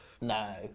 No